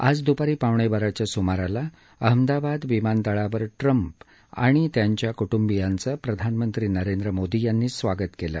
आज द्पारी पावणे बाराच्या स्माराला अहमदाबाद विमानतळावर ट्रम्प आणि त्यांच्या क्टूंबियांचं प्रधानमंत्री नरेंद्र मोदी यांनी स्वागत केलं